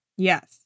Yes